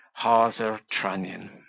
hawser trunnion.